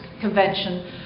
convention